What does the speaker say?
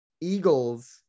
Eagles